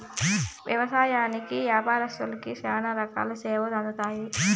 వ్యవసాయంకి యాపారత్తులకి శ్యానా రకాల సేవలు అందుతాయి